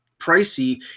pricey